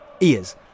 ears